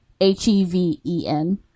H-E-V-E-N